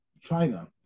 China